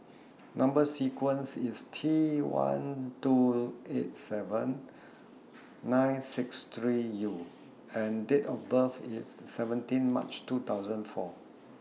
Number sequence IS T one two eight seven nine six three U and Date of birth IS seventeen March two thousand four